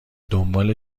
دنبال